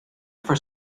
for